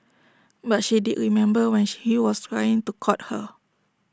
but she did remember when he was trying to court her